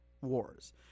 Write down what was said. wars